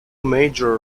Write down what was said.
major